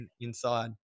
inside